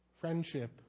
friendship